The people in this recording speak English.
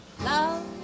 Love